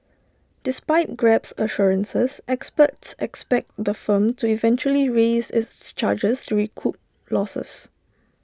despite grab's assurances experts expect the firm to eventually raise its charges to recoup losses